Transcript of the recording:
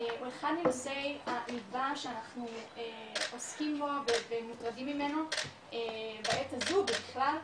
הוא אחד מנושאי הליבה שאנחנו עוסקים בו ומוטרדים ממנו בעת הזו ובכלל.